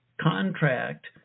contract